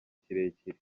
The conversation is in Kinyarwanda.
kirekire